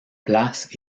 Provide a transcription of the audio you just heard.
place